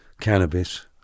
cannabis